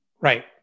Right